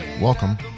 Welcome